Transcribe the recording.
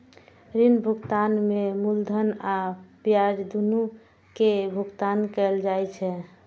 ऋण भुगतान में मूलधन आ ब्याज, दुनू के भुगतान कैल जाइ छै